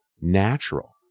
natural